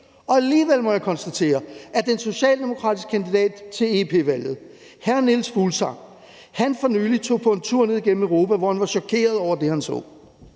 men alligevel må jeg konstatere, at den socialdemokratiske kandidat til EP-valget hr. Niels Fuglsang for nylig tog på en tur ned igennem Europa, hvor han var chokeret over det, han så.